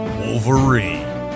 Wolverine